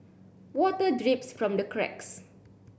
water drips from the cracks